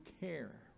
care